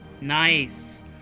Nice